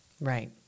Right